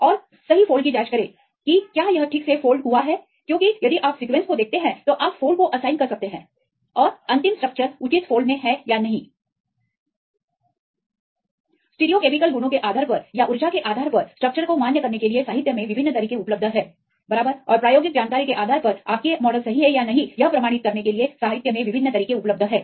और सही फोल्ड की जांच करें कि क्या यह ठीक से मुड़ा हुआ है क्योंकि यदि आप सीक्वेंसेस को देखते हैं तो आप फोल्ड कोअसाइनकर सकते हैं और अंतिम स्ट्रक्चरउचित फोल्ड मे हैं या नहीं स्टिरियोकेमिकल गुणों के आधार पर या ऊर्जा के आधार पर स्ट्रक्चर को मान्य करने के लिए साहित्य में विभिन्न तरीके उपलब्ध हैं बराबर और प्रायोगिक जानकारी के आधार पर कि आपके मॉडल सही हैं या नहीं यह प्रमाणित करने के लिए साहित्य में विभिन्न तरीके उपलब्ध हैं